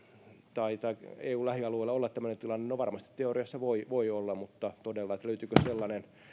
tai tai eun lähialueilla olla tämmöinen tilanne no varmasti teoriassa voi voi olla mutta löytyykö todella sellainen